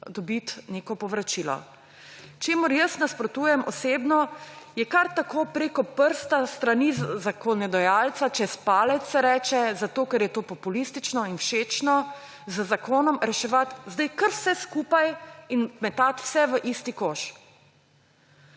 dobiti neko povračilo. Čemur jaz nasprotujem osebno, je, da kar tako, preko prsta s strani zakonodajalca ‒ čez palec se reče ‒, zato ker je to populistično in všečno, z zakonom reševati zdaj kar vse skupaj in metati vse v isti koš.